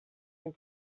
vint